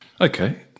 Okay